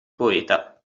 poeta